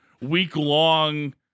week-long